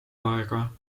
aega